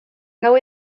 gau